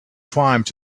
climbed